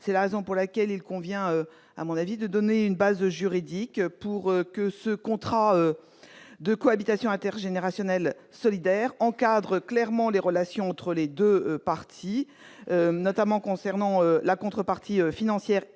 C'est la raison pour laquelle il convient, à mon avis, de donner une base juridique au contrat de cohabitation intergénérationnelle solidaire, pour que celui-ci encadre clairement les relations entre les deux parties, notamment concernant la contrepartie financière